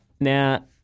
Now